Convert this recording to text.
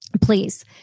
please